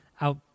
out